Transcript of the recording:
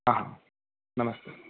आ हा नमस्ते